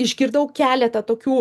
išgirdau keletą tokių